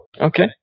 Okay